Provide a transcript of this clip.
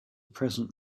present